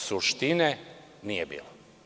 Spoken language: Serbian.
Suštine nije bilo.